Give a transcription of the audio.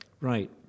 Right